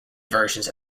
versions